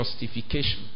justification